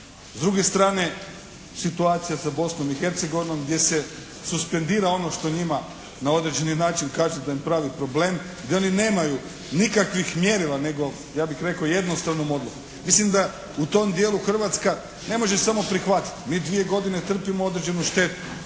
S druge strane situacija sa Bosnom i Hercegovinom gdje se suspendira ono što njima na određeni način kaže da im pravi problem, gdje oni nemaju nikakvih mjerila nego ja bih rekao jednostavnom odlukom. Mislim da u tom dijelu Hrvatska ne može samo prihvatiti. Mi dvije godine trpimo određenu štetu.